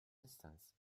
instance